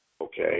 Okay